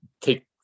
Take